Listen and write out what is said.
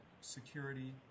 security